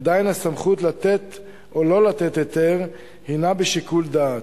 עדיין הסמכות לתת או לא לתת היתר הינה בשיקול דעת.